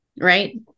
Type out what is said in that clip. right